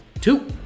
two